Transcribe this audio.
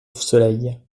soleil